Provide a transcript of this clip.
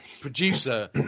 producer